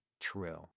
true